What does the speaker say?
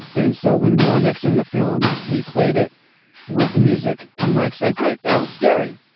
and so when we were mixing the film, we played it with the music, and mike said great, that was scary.